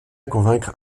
convaincre